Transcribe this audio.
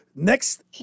Next